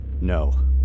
No